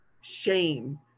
shame